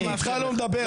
אני איתך לא מדבר.